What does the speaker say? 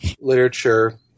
literature